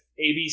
ABC